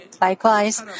Likewise